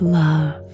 love